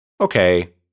Okay